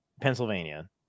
pennsylvania